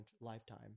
lifetime